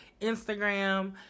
Instagram